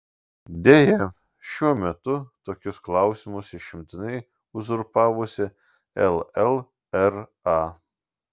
deja šiuo metu tokius klausimus išimtinai uzurpavusi llra